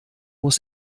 muss